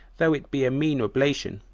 though it be a mean oblation,